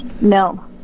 no